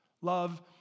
Love